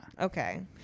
okay